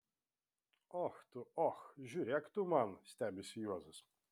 och tu och žiūrėk tu man stebisi juozas